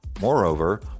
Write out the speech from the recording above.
Moreover